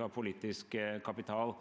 av politisk kapital.